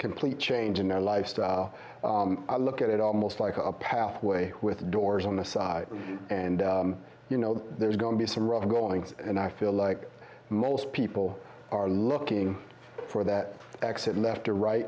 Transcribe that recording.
complete change in their lifestyle i look at it almost like a pathway with doors on the side and you know there's going to be some rough goings and i feel like most people are looking for that exit left or right